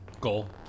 Goal